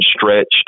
stretched